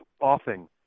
offing